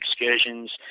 excursions